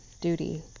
duty